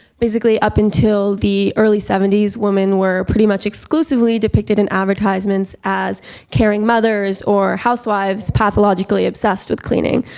basically up until the early seventy s, women were pretty much exclusively depicted in advertisements, as caring mothers or housewives, pathologically obsessed with cleaning,